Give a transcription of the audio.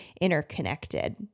interconnected